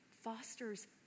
fosters